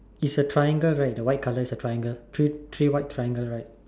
is a triangle right the white color is a triangle three white triangle right